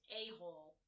a-hole